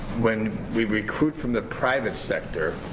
when we recruit from the private sector